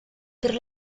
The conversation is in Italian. per